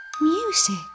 Music